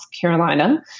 Carolina